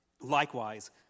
Likewise